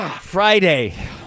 Friday